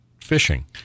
fishing